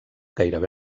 gairebé